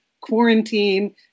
quarantine